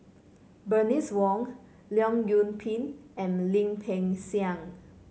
Bernice Wong Leong Yoon Pin and Lim Peng Siang